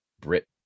Brit